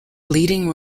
leading